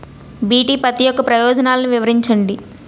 BT పత్తి యొక్క ప్రయోజనాలను వివరించండి?